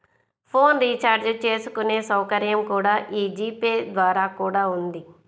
phone recharge చేసుకునే సౌకర్యం కూడా యీ జీ పే ద్వారా కూడా ఉంది